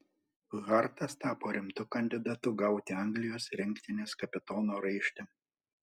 hartas tapo rimtu kandidatu gauti anglijos rinktinės kapitono raištį